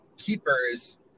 keepers